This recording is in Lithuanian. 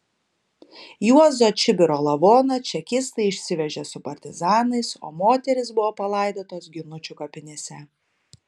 juozo čibiro lavoną čekistai išsivežė su partizanais o moterys buvo palaidotos ginučių kapinėse